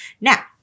Now